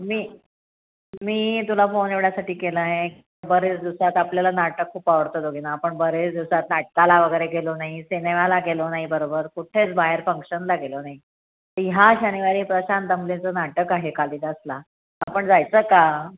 मी मी तुला फोन एवढ्यासाठी केला आहे बरेच दिवसात आपल्याला नाटक खूप आवडतं दोघीना आपण बरेच दिवसात नाटकाला वगैरे गेलो नाही सिनेमाला गेलो नाही बरोबर कुठेच बाहेर फंक्शनला गेलो नाही तर ह्या शनिवारी प्रशांत दामलेचं नाटक आहे कालिदासला आपण जायचं का